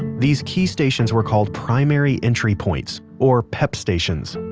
these key stations were called primary entry points, or pep stations.